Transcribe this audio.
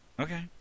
Okay